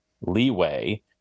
leeway